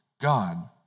God